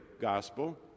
gospel